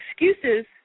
excuses